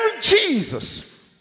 Jesus